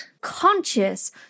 conscious